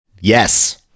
yes